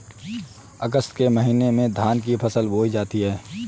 अगस्त के महीने में धान की फसल बोई जाती हैं